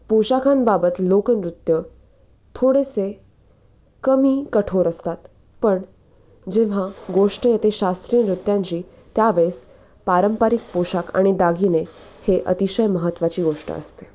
पोशाखांबाबत लोकनृत्य थोडेसे कमी कठोर असतात पण जेव्हा गोष्ट येते शास्त्रीय नृत्यांची त्यावेळेस पारंपरिक पोषाख आणि दागिने हे अतिशय महत्त्वाची गोष्ट असते